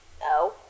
No